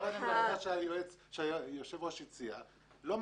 להצעה של היושב ראש, לא מנכ"ל.